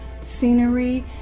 scenery